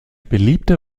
beliebte